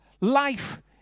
Life